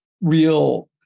real